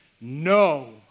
No